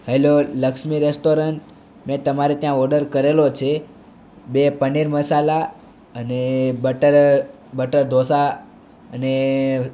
hello Lakshmi restaurant મેં તમારે ત્યાં ઓર્ડર કરેલો છે બે પનીર મસાલા અને બટર બટર ઢોંસા અને